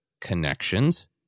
connections